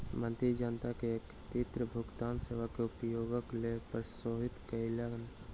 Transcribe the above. मंत्री जनता के एकीकृत भुगतान सेवा के उपयोगक लेल प्रोत्साहित कयलैन